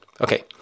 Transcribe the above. Okay